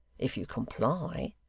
if you comply,